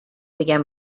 began